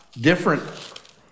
different